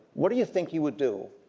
what do you think he would do?